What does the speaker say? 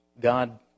God